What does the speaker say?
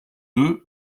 deux